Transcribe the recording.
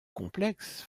complexe